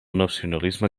nacionalisme